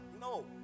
No